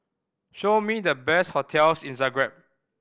show me the best hotels in Zagreb